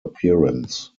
appearance